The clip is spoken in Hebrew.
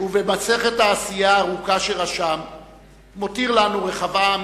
ובמסכת העשייה הארוכה שרשם מותיר לנו רחבעם